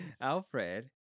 Alfred